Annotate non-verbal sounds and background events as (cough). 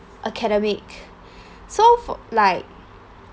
academic (breath) so like